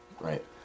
Right